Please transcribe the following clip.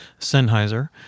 Sennheiser